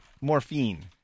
Morphine